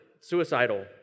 suicidal